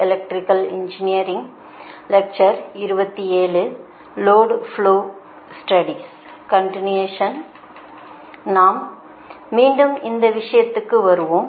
எனவே நாம் மீண்டும் இந்த விஷயத்துக்கு வருவோம்